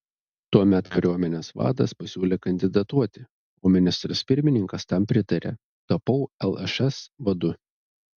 tuomet kariuomenės vadas pasiūlė kandidatuoti o ministras pirmininkas tam pritarė tapau lšs vadu